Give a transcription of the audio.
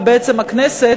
ובעצם הכנסת